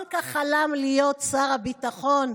הוא כל-כך חלם להיות שר הביטחון,